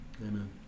Amen